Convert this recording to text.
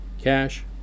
Cash